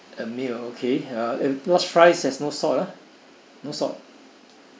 a meal okay uh large fries has no salt ah no salt